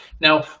Now